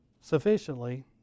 sufficiently